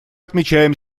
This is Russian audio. отмечаем